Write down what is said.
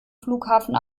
flughafen